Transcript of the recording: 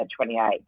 28